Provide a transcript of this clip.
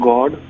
God